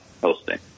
hosting